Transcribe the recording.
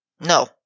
No